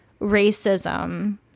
racism